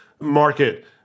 market